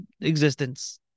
existence